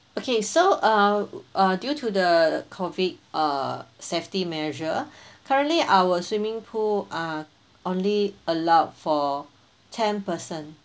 okay so uh uh due to the COVID uh safety measure currently our swimming pool are only allowed for ten person